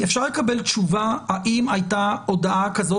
אפשר לקבל תשובה האם הייתה הודעה כזאת